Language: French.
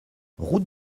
route